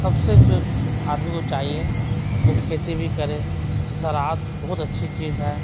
سب سے جو آدمی کو چاہیے وہ کھیتی بھی کرے زراعت بہت اچھی چیز ہے